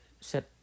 set